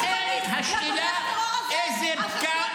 לכן השאלה איזה פגם